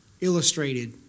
illustrated